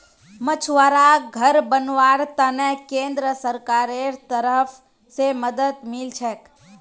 मछुवाराक घर बनव्वार त न केंद्र सरकारेर तरफ स मदद मिल छेक